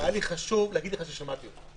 היה לי חשוב להגיד לך ששמעתי אותך.